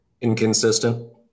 Inconsistent